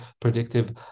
predictive